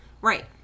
Right